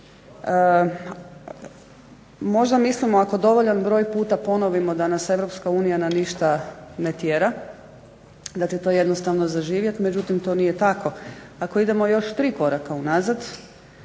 možda mislimo ako dovoljan broj puta ponovimo da nas Europska unija na ništa ne tjera. Dakle, to jednostavno za živjet, međutim to nije tako, ako idemo još 3 koraka unazad